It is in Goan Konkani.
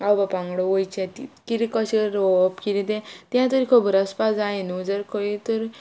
आवय बापाय वांगडा वयचें कितें कशें रोवप कितें तें तें तरी खबर आसपा जाय न्हू जर खंय तर